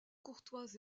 courtoise